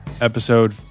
episode